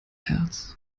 herz